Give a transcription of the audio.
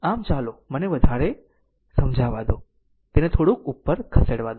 આમ ચાલો મને તેને વધારે સમજાવા દો તેને થોડુંક ઉપર ખસેડવા દો